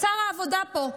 שר העבודה פה,